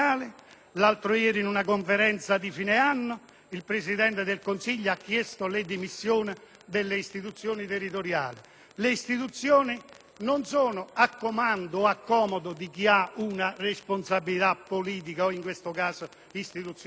L'altro ieri, nel corso della conferenza stampa di fine anno, il Presidente del Consiglio ha chiesto le dimissioni delle istituzioni territoriali. Le istituzioni non agiscono a comando e secondo il comodo di chi ha una responsabilità politica o, in questo caso, istituzionale.